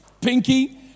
Pinky